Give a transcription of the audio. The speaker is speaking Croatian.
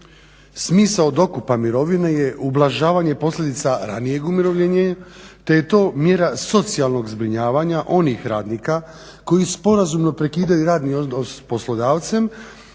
Smisao dokupa je ublažavanje posljedica ranijeg umirovljenja te to mjera socijalnog zbrinjavanja onih radnika koji sporazumno prekidaju radni odnos s poslodavcem